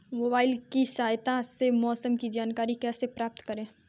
Mobile की सहायता से मौसम की जानकारी कैसे प्राप्त करें?